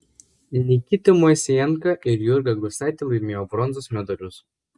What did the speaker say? nikita moisejenka ir jurga gustaitė laimėjo bronzos medalius